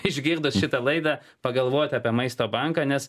išgirdus šitą laidą pagalvoti apie maisto banką nes